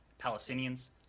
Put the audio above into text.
Palestinians